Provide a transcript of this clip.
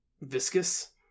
viscous